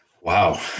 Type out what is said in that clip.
Wow